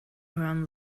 hören